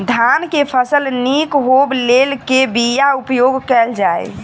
धान केँ फसल निक होब लेल केँ बीया उपयोग कैल जाय?